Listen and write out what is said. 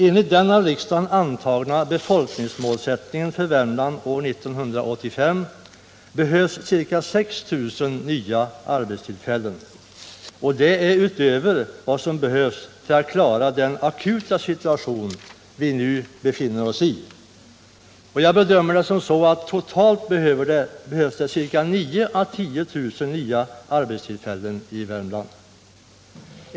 Enligt den av riksdagen antagna befolkningsmålsättningen för Värmland år 1985 behövs ca 6 000 nya arbetstillfällen utöver dem som krävs för att klara den akuta situation vi nu befinner oss i. Jag bedömer att det totalt behövs 9 000-10 000 nya arbetstillfällen i Värmland.